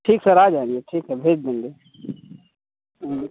ठीक सर आ जाएँगे ठीक सर भेज देंगे हाँ